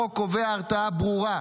החוק קובע הרתעה ברורה: